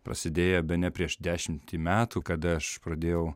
prasidėjo bene prieš dešimtį metų kada aš pradėjau